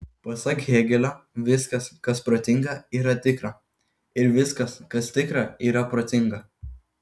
pasak hėgelio viskas kas protinga yra tikra ir viskas kas tikra yra protinga